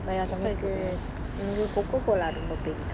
எனக்கு எனக்கு:enakku enakku coco cola ரொம்ப புடிக்கும்:romba pudikkum